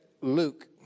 Luke